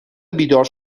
بیدار